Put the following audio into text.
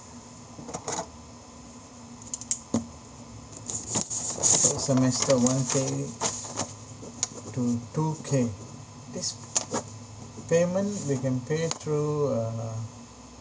per semester one K to two K this payment we can pay through uh